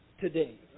today